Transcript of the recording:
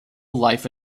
life